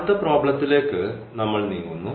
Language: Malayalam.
അടുത്ത പ്രോബ്ലത്തിലേക്ക് നമ്മൾ നീങ്ങുന്നു